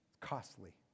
Costly